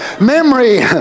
memory